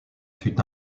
fut